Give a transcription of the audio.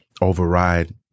override